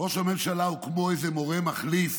ראש הממשלה הוא כמו איזה מורה מחליף